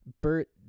Bert